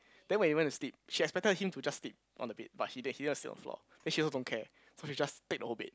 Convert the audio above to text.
then when he went to sleep she expected him to just sleep on the bed but he didn't he just sleep on the floor then she also don't care so she just take the whole bed